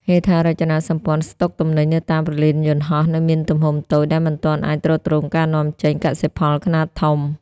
ហេដ្ឋារចនាសម្ព័ន្ធស្តុកទំនិញនៅតាមព្រលានយន្តហោះ នៅមានទំហំតូចដែលមិនទាន់អាចទ្រទ្រង់ការនាំចេញកសិផលខ្នាតធំ។